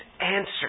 answer